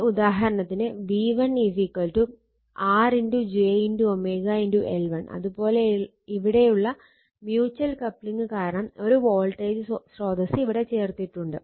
ഇനി ഉദാഹരണത്തിന് v1 r j L1 അത് പോലെ ഇവിടെയുള്ള മ്യൂച്ചൽ കപ്ലിങ് കാരണം ഒരു വോൾട്ടേജ് സ്രോതസ്സ് ഇവിടെ ചേർത്തിട്ടുണ്ട്